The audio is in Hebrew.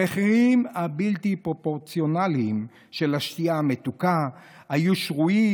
המחירים הבלתי-פרופורציונליים של השתייה המתוקה היו שרויים